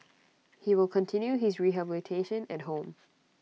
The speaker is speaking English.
he will continue his rehabilitation at home